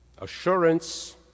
assurance